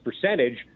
percentage